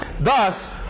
Thus